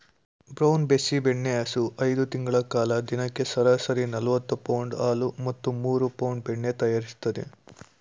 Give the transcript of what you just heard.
brown Bessie ಬೆಣ್ಣೆಹಸು ಐದು ತಿಂಗಳ ಕಾಲ ದಿನಕ್ಕೆ ಸರಾಸರಿ ನಲವತ್ತು ಪೌಂಡ್ ಹಾಲು ಮತ್ತು ಮೂರು ಪೌಂಡ್ ಬೆಣ್ಣೆ ತಯಾರಿಸ್ತದೆ